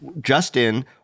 Justin